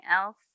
else